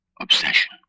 obsession